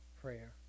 prayer